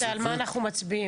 ועל מה אנחנו מצביעים.